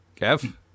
Kev